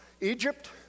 Egypt